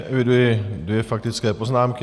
Eviduji dvě faktické poznámky.